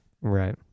Right